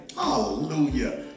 hallelujah